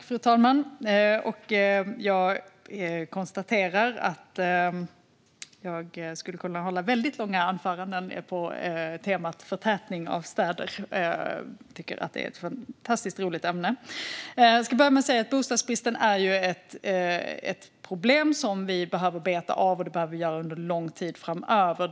Fru talman! Jag konstaterar att jag skulle kunna hålla väldigt långa anföranden på temat förtätning av städer. Jag tycker att det är ett fantastiskt roligt ämne! Jag ska börja med att säga att bostadsbristen är ett problem som vi behöver beta av under lång tid framöver.